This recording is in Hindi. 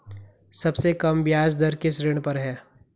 सबसे कम ब्याज दर किस ऋण पर है?